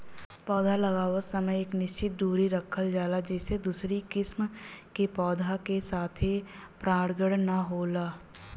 पौधा लगावत समय एक निश्चित दुरी रखल जाला जेसे दूसरी किसिम के पौधा के साथे परागण ना होला